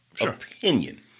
opinion